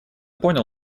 понял